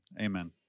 amen